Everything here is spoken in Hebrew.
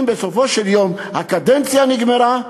אם בסופו של יום הקדנציה נגמרה,